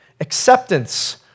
acceptance